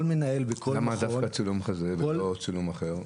כל מנהל בכל מכון --- למה דווקא צילום חזה ולא צילום אחר?